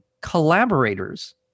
collaborators